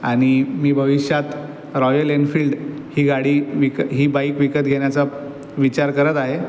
आणि मी भविष्यात रॉयल एनफील्ड ही गाडी विक ही बाईक विकत घेण्याचा विचार करत आहे